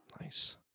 Nice